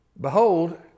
Behold